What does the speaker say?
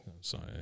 sorry